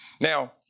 Now